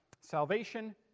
salvation